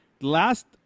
last